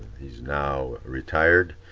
he's now retired,